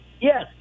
Yes